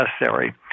necessary